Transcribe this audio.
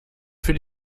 für